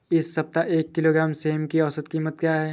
इस सप्ताह एक किलोग्राम सेम की औसत कीमत क्या है?